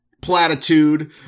platitude